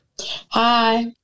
Hi